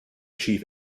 chief